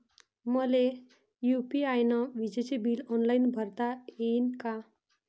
मले यू.पी.आय न विजेचे बिल ऑनलाईन भरता येईन का?